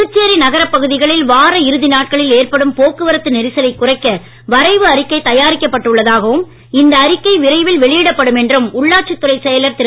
புதுச்சேரி நகரப் பகுதியில் வார இறுதி நாட்களில் ஏற்படும் போக்குவரத்து நெரிசலைக் குறைக்க வரைவு அறிக்கை தயாரிக்கப்பட்டு உள்ளதாகவும் இந்த அறிக்கை விரைவில் வெளியிடப்படும் என்றும் உள்ளாட்சித் துறை செயலர் திரு